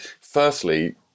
firstly